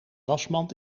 wasmand